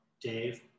Dave